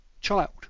child